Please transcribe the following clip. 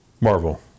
Marvel